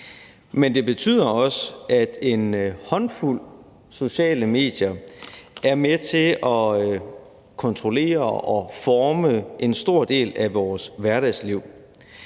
Men det betyder også, at en håndfuld sociale medier er med til at kontrollere og forme en stor del af vores hverdagsliv,